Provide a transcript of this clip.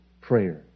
prayer